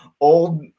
old